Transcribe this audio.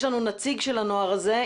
יש לנו נציג של הנוער הזה.